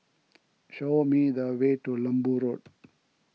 show me the way to Lembu Road